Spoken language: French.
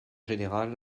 général